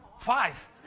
Five